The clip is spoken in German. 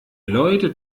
leute